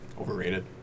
Overrated